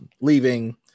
leaving